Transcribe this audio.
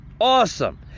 Awesome